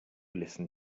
listen